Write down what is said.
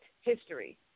history